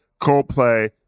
Coldplay